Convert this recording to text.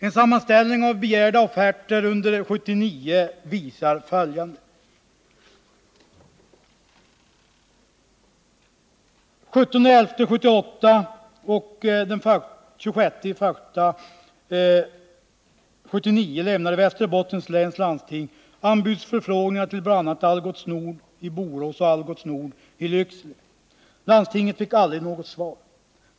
En sammanställning av begärda offerter under 1979 visar följande: Den 17 november 1978 och den 26 januari 1979 lämnade Västerbottens läns landsting anbudsförfrågningar till bl.a. Algots i Borås och Algots Nord i Lycksele. Landstinget fick aldrig något svar.